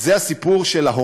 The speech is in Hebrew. זה הסיפור של ההון.